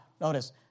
notice